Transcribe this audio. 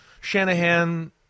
Shanahan –